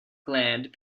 gland